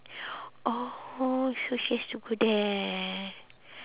oh so she has to go there